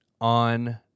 on